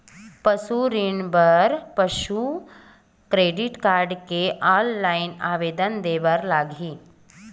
पशु ऋण बर का करे ला लगही?